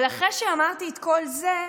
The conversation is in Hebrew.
אבל אחרי שאמרתי את כל זה,